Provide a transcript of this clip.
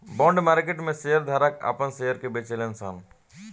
bond market में share धारक आपन शेयर के बेचेले सन